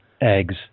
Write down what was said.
eggs